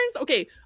Okay